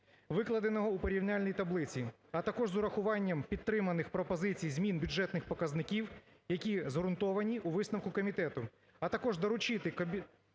викладеного у порівняльній таблиці, а також з урахуванням підтриманих пропозицій, змін бюджетних показників, які згрунтовані у висновку комітету. А також доручити комітету,